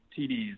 TDs